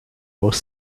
both